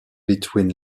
between